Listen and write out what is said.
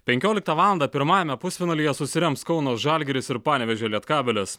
penkioliktą valandą pirmajame pusfinalyje susirems kauno žalgiris ir panevėžio lietkabelis